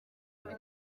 muri